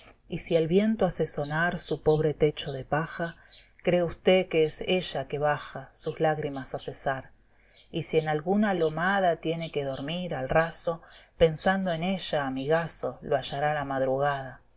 y si el viento hace sonar su pobre techo de paja cree usté que es ella que baja sus lágrimas a cesar y si en alguna lomada tiene que dormir al raso pensando en ella amigaso lo hallará la madrugada allí